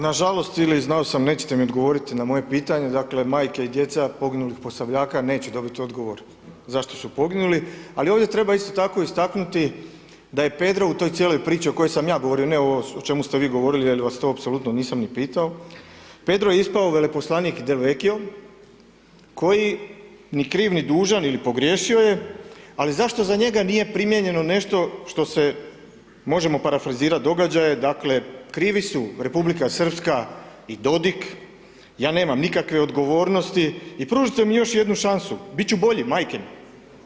Nažalost ili znao sam nećete mi odgovorit na moje pitanje, dakle majke i djeca poginulih Posavljaka neće dobiti odgovor zašto su poginuli, ali ovdje treba isto tako istaknuti da je pedro u toj cijeloj priči o kojoj sam ja govorio, ne ovo o čemu ste vi govorili jel vas to apsolutno nisam ni pitao, pedro je ispao veleposlanik Del Vechio koji ni kriv ni dužan ili pogriješio je ali zašto za njega nije primijenjeno nešto što se možemo parafrizirat događaje dakle, krivi su Republika Srpska i Dodik, ja nemam nikakve odgovornosti i pružite mi još jednu šansu, bit ću bolji, majke mi.